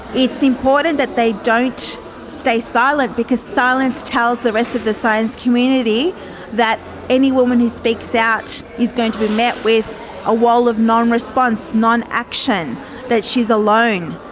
it's important that they don't stay silent because silence tells the rest of the science community that any woman who speaks out is going to be met with a wall of non-response, non-action, that she's alone,